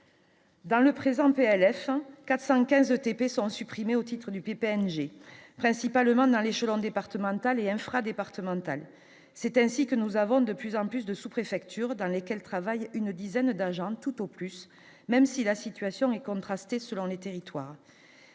Dans le présenter à la fin 415 au ETP sont supprimés au titre du PNG, principalement dans l'échelon départemental et infra-départemental, c'est ainsi que nous avons de plus en plus de sous-préfecture dans lesquelles travaillent une dizaine d'un tout au plus, même si la situation est contrastée selon les territoires,